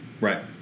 Right